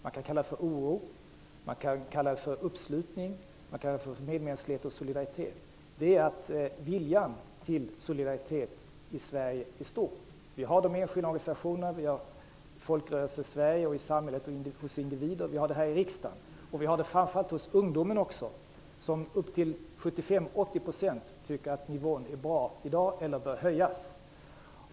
Man kan kalla det för oro, för uppslutning eller för medmänsklighet och solidaritet. Det är att vilja till solidaritet i Sverige är stor. Vi har det i de enskilda organisationerna, Folkrörelsesverige, samhället och hos individerna, och vi har det här i riksdagen. Vi har det framför allt hos ungdomar, som upp till 75-80 % tycker att nivån är bra i dag eller bör höjas.